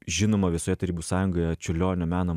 žinoma visoje tarybų sąjungoje čiurlionio meno